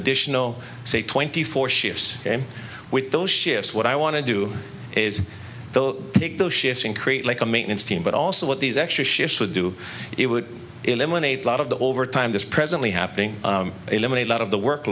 additional twenty four shifts with those shifts what i want to do is they'll take those shifts and create like a maintenance team but also what these extra shifts would do it would eliminate a lot of the overtime this presently happening eliminate a lot of the work